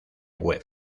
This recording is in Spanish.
web